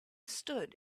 stood